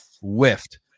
whiffed